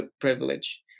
privilege